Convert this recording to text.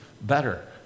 better